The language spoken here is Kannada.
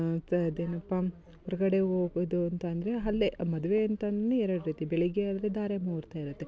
ತ ಅದೇನಪ್ಪ ಹೊರಗಡೆ ಹೋಗೋದು ಅಂತ ಅಂದರೆ ಅಲ್ಲೆ ಮದುವೆ ಅಂತ ಅಂದ್ರೆ ಎರಡು ರೀತಿ ಬೆಳಗ್ಗೆ ಆದರೆ ಧಾರೆ ಮುಹೂರ್ತ ಇರುತ್ತೆ